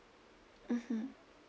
mmhmm